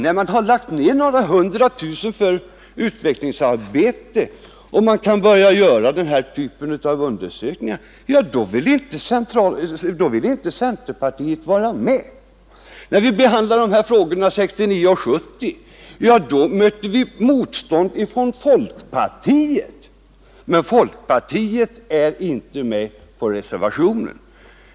När man har lagt ner några hundra tusen kronor på utvecklingsarbete och kan börja göra den här typen av undersökningar — ja, då vill inte centerpartiet vara med. När vi behandlade de här frågorna 1969 och 1970 mötte vi motstånd från folkpartiet, men folkpartiet är inte med på reservationen.